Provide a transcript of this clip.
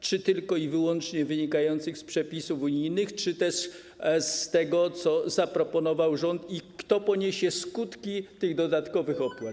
Czy tylko i wyłącznie wynika to z przepisów unijnych, czy też z tego, co zaproponował rząd i kto poniesie skutki tych dodatkowych opłat?